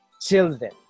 children